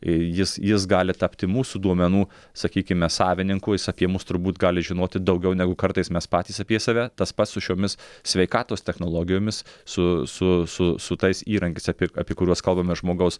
jis jis gali tapti mūsų duomenų sakykime savininku jis apie mus turbūt gali žinoti daugiau negu kartais mes patys apie save tas pats su šiomis sveikatos technologijomis su su su su tais įrankiais apie apie kuriuos kalbame žmogaus